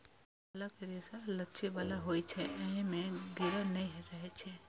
छालक रेशा लचै बला होइ छै, अय मे गिरह नै रहै छै